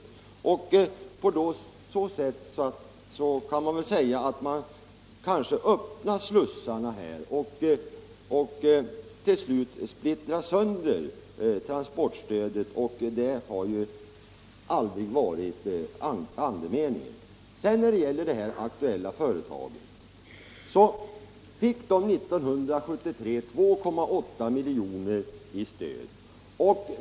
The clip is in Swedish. På så sätt riskerar man att öppna slussarna och till slut splittra sönder transportstödet, och det har ju aldrig varit meningen. Det här aktuella företaget fick 2,8 miljoner i stöd år 1973.